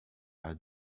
are